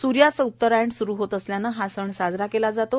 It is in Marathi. सूर्याचं उत्तरायण सूरु होत असल्यानं हा सण साजरा केला जातो